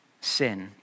sin